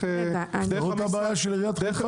זה כל הבעיה של עיריית חיפה?